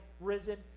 risen